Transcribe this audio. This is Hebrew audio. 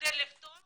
כדי לפתוח